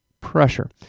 pressure